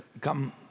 come